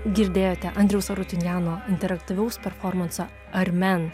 girdėjote andriaus arutinjano interaktyvaus performanso armen